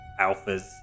alphas